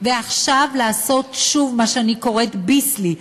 ועכשיו לעשות שוב מה שאני קוראת "ביסלי",